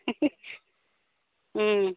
उम